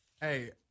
Hey